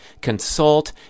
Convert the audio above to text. consult